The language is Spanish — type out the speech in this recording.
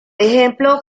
ejemplo